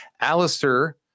Alistair